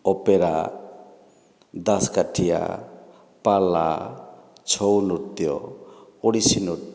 opera Dasakathia Pala ଛଉନୃତ୍ୟ ଓଡ଼ିଶୀ ନୃତ୍ୟ